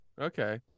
Okay